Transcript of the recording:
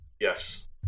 yes